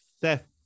Theft